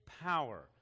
power